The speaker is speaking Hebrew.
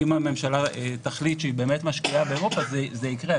אם הממשלה תחליט שהיא באמת משקיעה במו"פ אז זה יקרה,